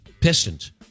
Pistons